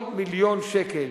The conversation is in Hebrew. כל מיליון שקל,